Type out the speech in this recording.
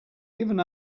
given